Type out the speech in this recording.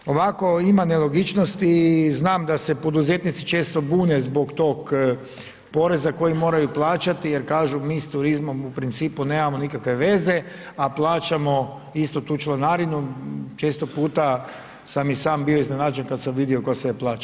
Ovako, ovako ima nelogičnosti i znam da se poduzetnici često bune zbog tog poreza koji moraju plaćati jer kažu mi s turizmom u principu nemamo nikakve veze, a plaćamo isto tu članarinu često puta sam i sam bio iznenađen kad sam vidio tko sve plaća.